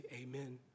amen